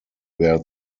their